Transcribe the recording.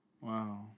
Wow